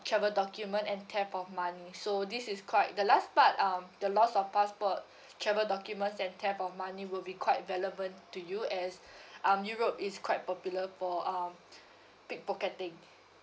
travel document and theft of money so this is quite the last part um the loss of passport travel documents that theft of money would be quite relevant to you as um europe is quite popular for um pickpocketing